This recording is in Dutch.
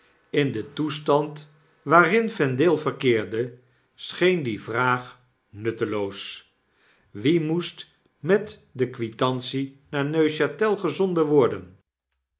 in den toestand waarin vendale verkeerde scheen die vraag nutteloos wie moest met de kwitantienaarneuch at el gezonden worden